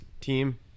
team